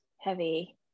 heavy